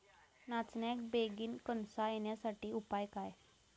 नाचण्याक बेगीन कणसा येण्यासाठी उपाय काय?